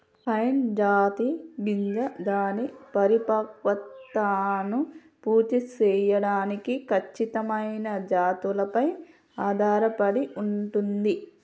pine జాతి గింజ దాని పరిపక్వతను పూర్తి సేయడానికి ఖచ్చితమైన జాతులపై ఆధారపడి ఉంటుంది